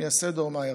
מייסד האומה הרצל.